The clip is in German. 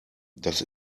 das